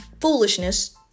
foolishness